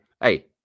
hey